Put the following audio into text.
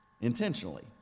Intentionally